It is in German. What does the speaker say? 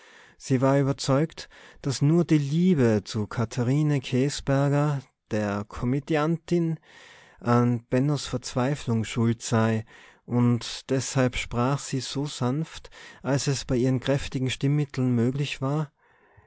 sie war überzeugt daß nur die liebe zu katharine käsberger dere komödiantin an bennos verzweiflung schuld sei und deshalb sprach sie so sanft als es bei ihren kräftigen stimmitteln möglich war